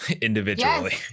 individually